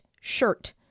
shirt